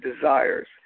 desires